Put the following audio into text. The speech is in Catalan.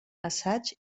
assaig